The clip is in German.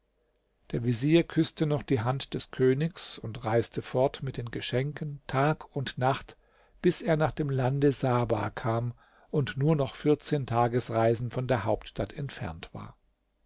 der vezier küßte noch die hand des königs und reiste fort mit den geschenken tag und nacht bis er nach dem lande saba kam und nur noch vierzehn tagesreisen von der hauptstadt entfernt war